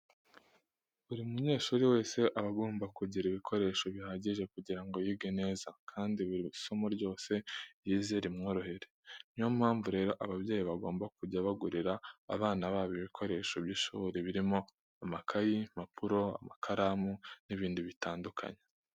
Buri munyehuri wese aba agomba kugira ibikoresho bihagije kugira ngo yige neza kandi buri somo ryose yize rimworohere. Ni yo mpamvu rero ababyeyi bagomba kujya bagurira abana babo ibikoresho by'ishuri birimo amakayi, impapuro, amakaramu n'ibindi bitandukanye.